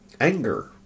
anger